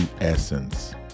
essence